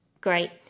Great